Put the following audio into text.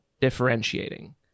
differentiating